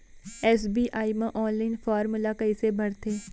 SBI म online form ल कइसे भरथे?